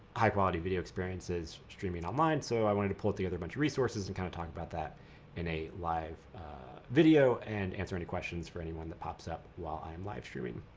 high quality video experiences streaming online. so i wanted to pull together bunch of resources and kind of talk about that in a live video and answer any questions for anyone that pops up while i am live streaming.